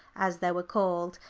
as they were called,